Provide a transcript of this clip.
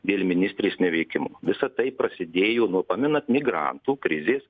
dėl ministrės neveikimo visa tai prasidėjo nuo pamenat migrantų krizės